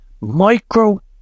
micro